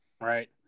Right